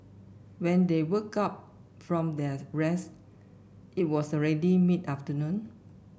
when they woke up from their rest it was already mid afternoon